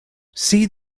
see